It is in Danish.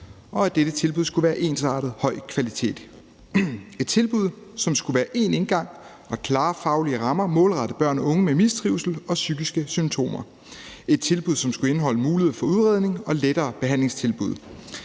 og at dette tilbud skulle være ensartet og af høj kvalitet. Det skulle være et tilbud, som skulle have én indgang og have klare faglige rammer målrettet børn og unge med mistrivsel og psykiske symptomer, og være et tilbud, som skulle indeholde mulighed for udredning og lettere behandlingstilbud.